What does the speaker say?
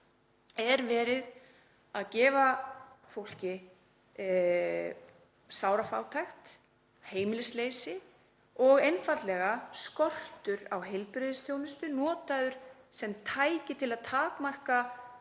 er verið að setja fólk í sárafátækt og heimilisleysi og skortur á heilbrigðisþjónustu notaður sem tæki til að takmarka